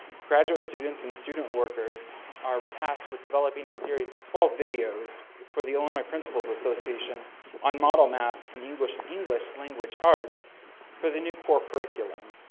graduate students and student workers are tasked with developing a series of twelve videos for the illinois principals association on model math and english english language arts for the new core curriculum.